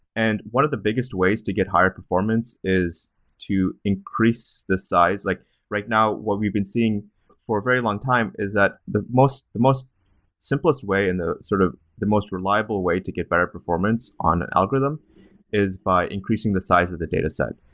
and one of the biggest ways to get higher performance is to increase the size. like right now, what we've been seeing for a very long time is that the most the most simplest way and the sort of the most reliable way to get better performance on an algorithm is by increasing the size of the dataset.